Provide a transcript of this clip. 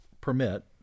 permit